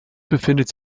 befindet